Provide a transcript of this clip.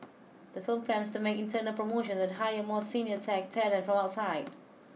the firm plans to make internal promotions and hire more senior tech talent from outside